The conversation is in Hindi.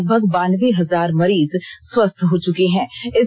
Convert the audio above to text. अब तक लगभग बानबे हजार मरीज स्वस्थ हो चुके हैं